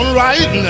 right